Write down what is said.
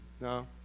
No